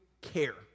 care